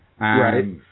Right